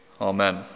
Amen